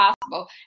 possible